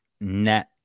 net